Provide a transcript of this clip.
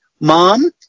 mom